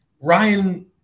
Ryan